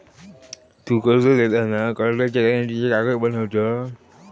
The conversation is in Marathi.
तु कर्ज देताना कर्जाच्या गॅरेंटीचे कागद बनवत?